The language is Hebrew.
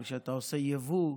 אבל כשאתה עושה יבוא,